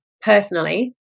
personally